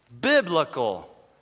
biblical